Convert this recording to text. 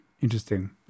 Interesting